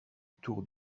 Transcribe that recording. tour